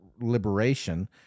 liberation